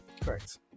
Correct